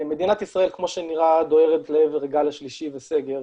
מדינת ישראל כמו שנראה דוהרת לעבר הגל השלישי וסגר,